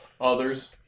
others